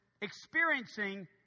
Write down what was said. experiencing